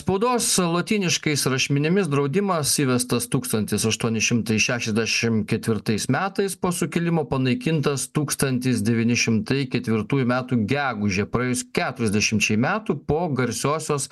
spaudos lotyniškais rašmenimis draudimas įvestas tūkstantis aštuoni šimtai šešiasdešim ketvirtais metais po sukilimo panaikintas tūkstantis devyn šimtai ketvirtųjų metų gegužę praėjus keturiasdešimčiai metų po garsiosios